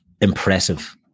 impressive